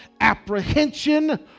apprehension